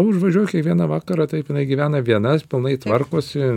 užvažiuoju kiekvieną vakarą taip gyvena viena pilnai tvarkosi